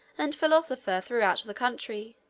and philosopher throughout the country,